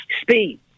speed